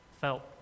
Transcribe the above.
felt